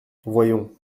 voyons